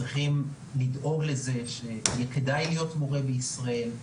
צריכים לדאוג לזה שכדאי יהיה להיות מורה בישראל,